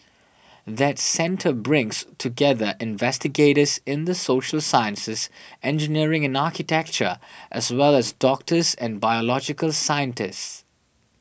that centre brings together investigators in the social sciences engineering and architecture as well as doctors and biological scientists